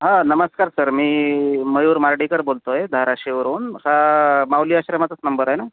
हा नमस्कार सर मी मयूर मारडीकर बोलतो आहे धाराशिवरून हा माऊली आश्रमाचाच नंबर आहे ना